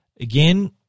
Again